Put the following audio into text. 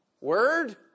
Word